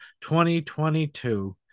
2022